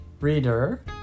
Reader